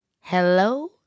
Hello